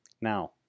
now